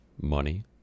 money